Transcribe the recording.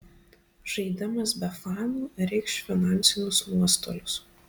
žaidimas be fanų reikš finansinius nuostolius